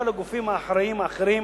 כל הגופים האחראים האחרים